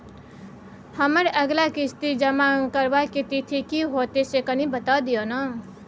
हमर अगला किस्ती जमा करबा के तिथि की होतै से कनी बता दिय न?